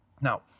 Now